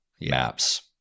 maps